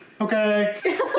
Okay